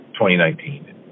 2019